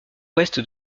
ouest